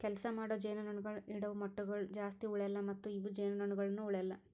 ಕೆಲಸ ಮಾಡೋ ಜೇನುನೊಣಗೊಳ್ ಇಡವು ಮೊಟ್ಟಗೊಳ್ ಜಾಸ್ತಿ ಉಳೆಲ್ಲ ಮತ್ತ ಇವು ಜೇನುನೊಣಗೊಳನು ಉಳೆಲ್ಲ